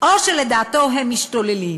או שלדעתו הם משתוללים,